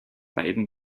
beiden